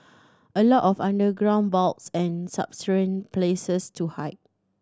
a lot of underground vaults and subterranean places to hide